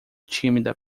tímida